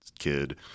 kid